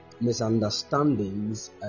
misunderstandings